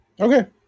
Okay